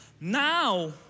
now